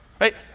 right